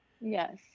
Yes